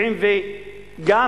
ה-70 וגם,